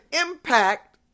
impact